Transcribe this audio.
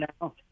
now